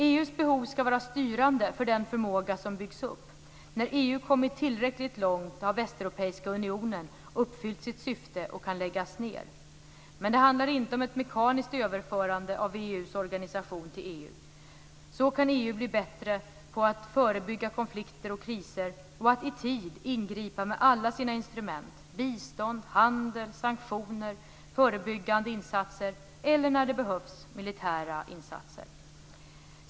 EU:s behov skall vara styrande för den förmåga som byggs upp. När EU kommit tillräckligt långt har Västeuropeiska unionen uppfyllt sitt syfte och kan läggas ned. Men det handlar inte om ett mekaniskt överförande av VEU:s organisation till EU. Så kan EU bli bättre på att förebygga konflikter och kriser och att i tid ingripa med alla sina instrument: bistånd, handel, sanktioner, förebyggande insatser eller, när det behövs, militära insatser.